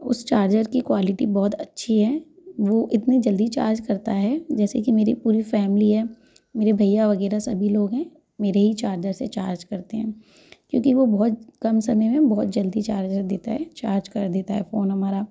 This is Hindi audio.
उस चार्जर की क्वालिटी बहुत अच्छी है वो इतनी जल्दी चार्ज करता है जैसे कि मेरी पूरी फैमिली है मेरे भैया वगैरह सभी लोग हैं मेरे ही चार्जर से चार्ज करते हैं क्योंकि वो बहुत कम समय में बहुत जल्दी चार्जर देता है चार्ज कर देता है फोन हमारा